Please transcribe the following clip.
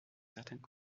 certaines